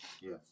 Yes